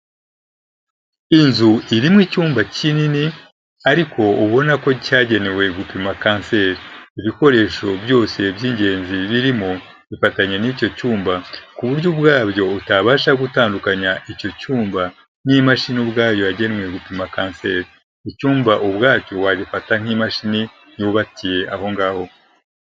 Inzu irimo icyumba kinini ariko ubona ko cyagenewe gupima kanseri. Ibikoresho byose by'ingenzi birimo bifatanye n'icyo cyumba ku buryo ubwabyo utabasha gutandukanya icyo cyumba n'imashini ubwayo yagenwe gupima kanseri. Icyumba ubwacyo wagifata nk'imashini yubakiye aho ngaho.